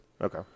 Okay